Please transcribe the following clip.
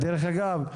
דרך אגב,